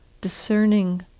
discerning